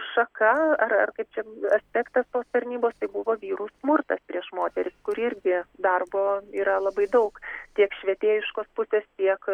šaka ar ar kaip čia aspektas tos tarnybos tai buvo vyrų smurtas prieš moteris kur irgi darbo yra labai daug tiek švietėjiškos pusės tiek